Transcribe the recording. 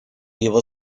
его